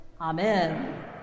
Amen